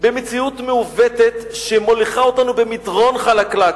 במציאות מעוותת שמוליכה אותנו במדרון חלקלק,